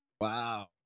Wow